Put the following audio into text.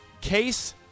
Case